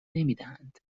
نمیدهند